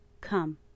come